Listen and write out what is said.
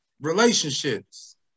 Relationships